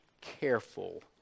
careful